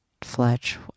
Fletch